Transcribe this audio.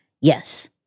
Yes